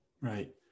Right